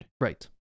right